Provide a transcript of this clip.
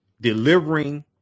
delivering